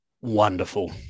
wonderful